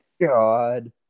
God